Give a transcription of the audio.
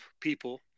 people